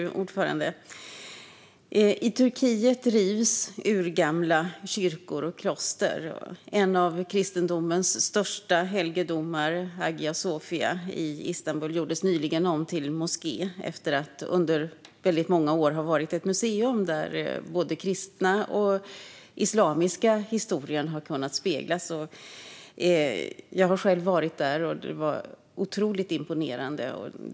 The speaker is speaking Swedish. Fru talman! I Turkiet drivs urgamla kyrkor och kloster. En av kristendomens största helgedomar, Hagia Sofia i Istanbul, gjordes nyligen om till moské efter att under väldigt många år ha varit ett museum där både kristna och islamiska historien har kunnat speglas. Jag har själv varit där, och det var otroligt imponerande.